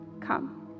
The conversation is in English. Come